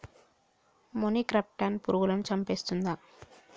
మొనిక్రప్టస్ పురుగులను చంపేస్తుందా?